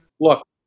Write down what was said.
Look